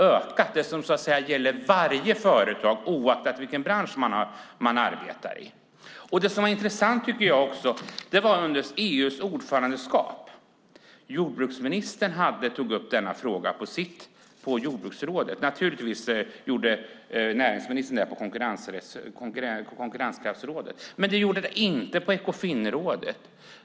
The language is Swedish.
Det är områden som gäller alla företag oavsett vilken bransch de arbetar inom. Intressant var också vad som gjordes under ordförandeskapet i EU. Jordbruksministern tog upp denna fråga på jordbruksrådet, och naturligtvis tog näringsministern upp den på konkurrenskraftsrådet. Men det gjordes inte på Ekofinrådet.